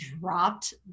dropped